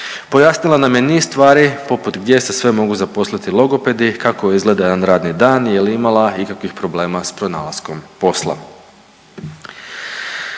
Pojasnila nam je niz stvari poput gdje se sve mogu zaposliti logopedi, kako izgleda jedan radni dan, je li imala ikakvih problema sa pronalaskom posla.